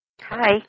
Hi